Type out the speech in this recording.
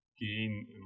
gain